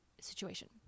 situation